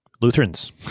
Lutherans